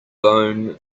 bone